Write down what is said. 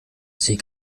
sie